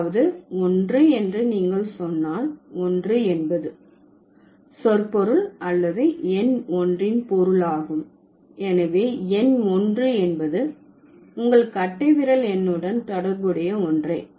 அதாவது ஒன்று என்று நீங்கள் சொன்னால் ஒன்று என்பது சொற்பொருள் அல்லது எண் ஒன்றின் பொருள் ஆகும் எனவே எண் ஒன்று என்பது உங்கள் கட்டைவிரல் எண்ணுடன் தொடர்புடைய ஒன்றே